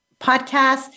podcast